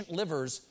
livers